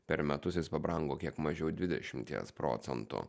per metus jis pabrango kiek mažiau dvidešimties procentų